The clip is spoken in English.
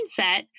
mindset